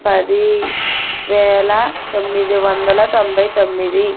పది వేల తొమ్మిది వందల తొంభై తొమ్మిది